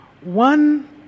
one